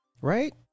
Right